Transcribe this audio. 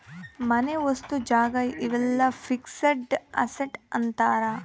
ಮನೆ ವಸ್ತು ಜಾಗ ಇವೆಲ್ಲ ಫಿಕ್ಸೆಡ್ ಅಸೆಟ್ ಅಂತಾರ